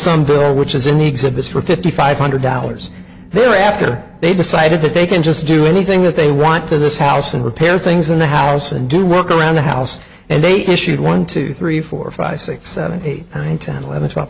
bill which is in needs of this for fifty five hundred dollars thereafter they decided that they can just do anything that they want to this house and repair things in the house and do work around the house and they issued one two three four five six seven eight nine ten eleven twelve